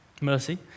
mercy